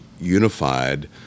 unified